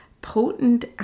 potent